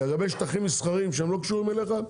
לגבי שטחים מסחריים שלא קשורים אליך,